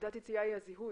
שנקודת היציאה היא הזיהוי,